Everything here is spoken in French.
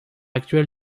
actuel